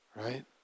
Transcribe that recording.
right